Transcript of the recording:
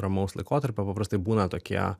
ramaus laikotarpio paprastai būna tokie